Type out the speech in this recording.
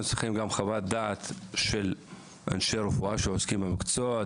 צריכים גם חוות דעת של אנשי רפואה שעוסקים במקצוע,